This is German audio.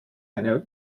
eine